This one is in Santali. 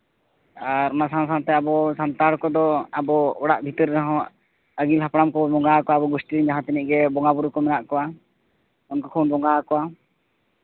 ᱟᱨ ᱚᱱᱟ ᱥᱟᱶ ᱥᱟᱶᱛᱮ ᱟᱵᱚ ᱥᱟᱱᱛᱟᱲ ᱠᱚᱫᱚ ᱟᱵᱚ ᱚᱲᱟᱜ ᱵᱷᱤᱛᱟᱹᱨ ᱨᱮᱦᱚᱸ ᱟᱹᱜᱤᱞ ᱦᱟᱯᱲᱟᱢ ᱠᱚ ᱵᱚᱸᱜᱟ ᱟᱠᱚᱣᱟᱵᱚᱱ ᱜᱳᱥᱴᱤ ᱡᱟᱦᱟᱸ ᱛᱤᱱᱟᱹᱜ ᱜᱮ ᱵᱚᱸᱜᱟᱼᱵᱩᱨᱩ ᱠᱚ ᱢᱮᱱᱟᱜ ᱠᱚᱣᱟ ᱩᱱᱠᱩ ᱠᱚᱦᱚᱸ ᱵᱚᱱ ᱵᱚᱸᱜᱟ ᱟᱠᱚᱣᱟ